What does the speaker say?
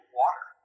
water